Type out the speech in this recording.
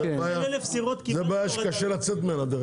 זאת בעיה שקשה לצאת ממנה.